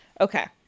Okay